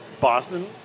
Boston